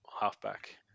halfback